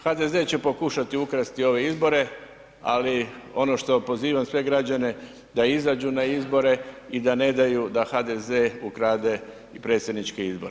HDZ će pokušati ukrasti ove izbore, ali ono što pozivam sve građane da izađu na izbore i da ne daju da HDZ ukrade i predsjedničke izbore.